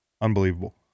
Unbelievable